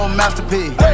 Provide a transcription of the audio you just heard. masterpiece